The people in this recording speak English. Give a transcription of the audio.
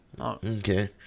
Okay